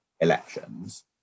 elections